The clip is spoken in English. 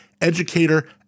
educator